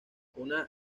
una